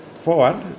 forward